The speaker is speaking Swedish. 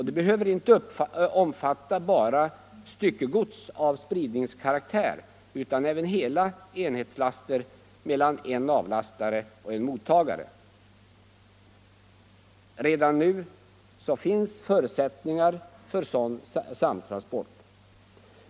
Det behöver inte omfatta enbart styckegods av spridningskaraktär utan även hela enhetslaster mellan en avlastare och en mottagare. Redan nu finns förutsättningar för sådan samtransport.